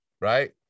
right